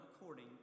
according